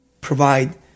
provide